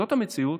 זאת המציאות.